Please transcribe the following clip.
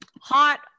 Hot